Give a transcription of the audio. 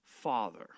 Father